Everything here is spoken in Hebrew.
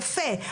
יפה.